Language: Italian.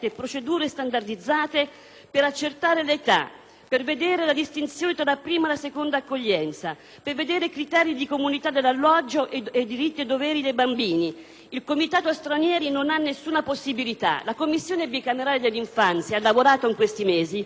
e fare una distinzione tra prima e seconda accoglienza, per verificare i criteri di comunità dell'alloggio e i diritti e i doveri dei bambini. Il comitato stranieri non ha alcuna possibilità. La Commissione bicamerale per l'infanzia ha lavorato in questi mesi; noi siamo pronti per una mozione unitaria